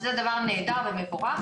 שזה דבר נהדר ומבורך,